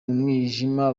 mwijima